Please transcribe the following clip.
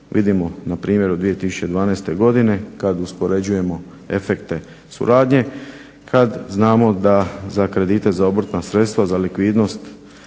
Vidimo na primjeru 2012. godine kad uspoređujemo efekte suradnje, kad znamo da za kredite za obrtna sredstva za likvidnost